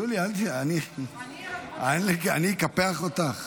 יוליה, אני אקפח אותך?